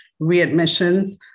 readmissions